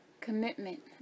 commitment